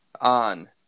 on